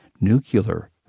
nuclear